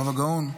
הרב הגאון,